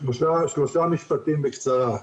שלושה משפטים בקצרה.